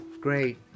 great